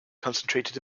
concentrated